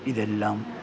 ഇതെല്ലാം